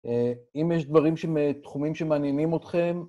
אם יש תחומים שמעניינים אתכם...